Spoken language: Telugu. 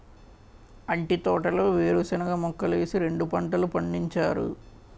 అంటి తోటలో వేరుశనగ మొక్కలేసి రెండు పంటలు పండించారు